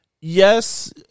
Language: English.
yes